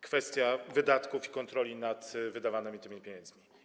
Kwestia wydatków i kontroli nad wydawanymi pieniędzmi.